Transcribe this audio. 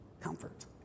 comfort